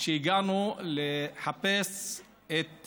הגענו לחפש את